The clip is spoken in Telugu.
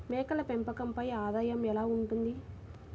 మేకల పెంపకంపై ఆదాయం ఎలా ఉంటుంది?